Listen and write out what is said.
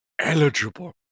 eligible